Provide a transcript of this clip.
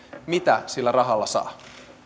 mitä sillä rahalla saa